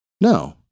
No